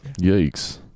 Yikes